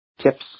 tips